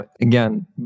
again